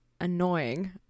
annoying